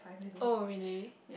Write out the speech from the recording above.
oh really